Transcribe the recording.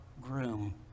groom